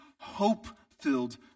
hope-filled